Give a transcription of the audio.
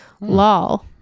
Lol